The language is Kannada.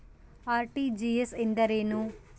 ಆರ್.ಟಿ.ಜಿ.ಎಸ್ ಎಂದರೇನು?